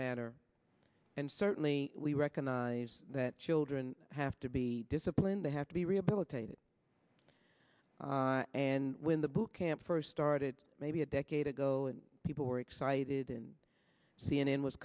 manner and certainly we recognize that children have to be disciplined they have to be rehabilitated and when the book camp first started maybe a decade ago and people were excited and c n n was